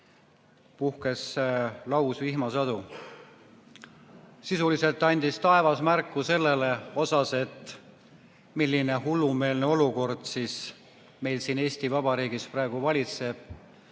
puhkes lausvihmasadu. Sisuliselt andis taevas märku sellest, milline hullumeelne olukord meil siin Eesti Vabariigis praegu valitseb